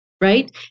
right